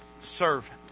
Servant